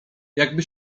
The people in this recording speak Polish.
jakby